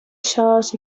source